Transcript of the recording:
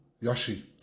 Yoshi